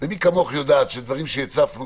מי כמוך יודעת שדברים שהצפנו,